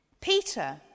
Peter